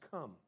come